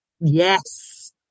Yes